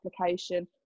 application